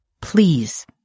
please